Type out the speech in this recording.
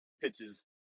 pitches